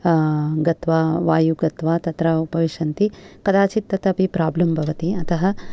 गत्वा वायु गत्वा तत्र उपविषन्ति कदाचित् तदपि प्राब्लम् भवति अत